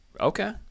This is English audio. okay